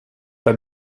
pas